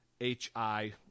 H-I